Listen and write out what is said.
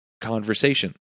conversation